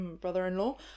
brother-in-law